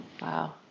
Wow